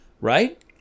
right